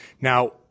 Now